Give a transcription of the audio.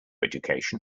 education